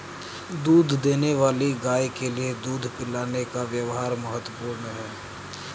दूध देने वाली गाय के लिए दूध पिलाने का व्यव्हार महत्वपूर्ण है